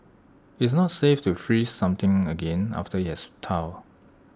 IT is not safe to freeze something again after IT has thawed